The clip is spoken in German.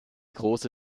große